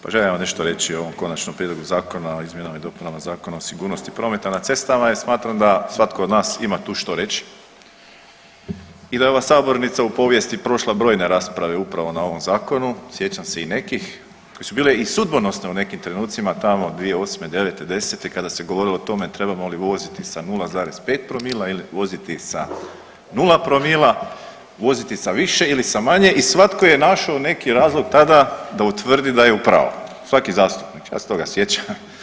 Pa želim vam nešto reći o ovom Konačnom prijedlogu zakona o izmjenama i dopunama Zakona o sigurnosti prometa na cestama jer smatram da svatko od nas ima tu što reći i da je ova sabornica u povijesti prošla brojne rasprave upravo na ovom Zakonu, sjećam se i nekih koje su bile i sudbonosne u nekim trenucima, tamo 2008., '09., '10., kada se govorilo o tome trebamo li voziti sa 0,5 promila ili voziti sa 0 promila, voziti sa više ili sa manje i svatko je našao neki razlog tada da utvrdi da je u pravi, svaki zastupnik, ja se toga sjećam.